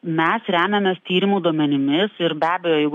mes remiamės tyrimų duomenimis ir be abejo jeigu